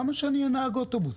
למה שאני אהיה נהג אוטובוס?